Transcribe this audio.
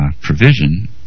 provision